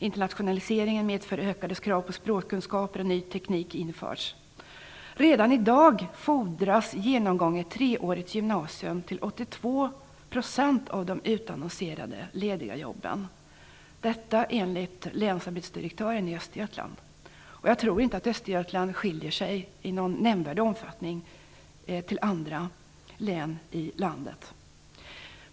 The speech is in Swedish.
Internationaliseringen medför ökade krav på språkkunskaper, och ny teknik införs. Redan i dag fordras genomgånget treårigt gymnasium till 82 % av de utannonserade, lediga jobben - detta enligt länsarbetsdirektören i Östergötland. Jag tror inte att Östergötland skiljer sig i någon nämnvärd omfattning från andra län i landet.